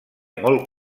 molt